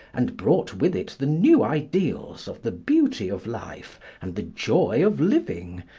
and brought with it the new ideals of the beauty of life and the joy of living,